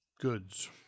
goods